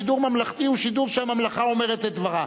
שידור ממלכתי הוא שידור, הממלכה אומרת את דברה.